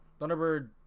Thunderbird